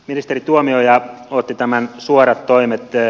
ministeri tuomioja otti nämä suorat toimet esille